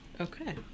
Okay